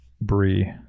brie